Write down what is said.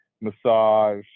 massage